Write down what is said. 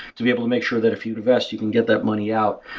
to be able to make sure that if you invest, you can get that money out.